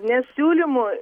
nes siūlymų